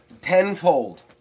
Tenfold